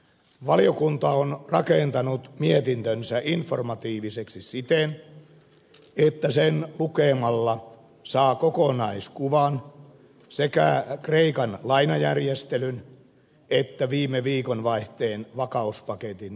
valiokunta on rakentanut mietintönsä informatiiviseksi siten että sen lukemalla saa kokonaiskuvan sekä kreikan lainajärjestelyn että viime viikonvaihteen vakauspaketin sisällöstä